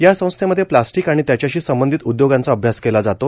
या संस्थेमध्ये प्लास्टीक आणि त्याच्याशी संबंधित उदयोगांचा अभ्यास केला जातो